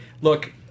Look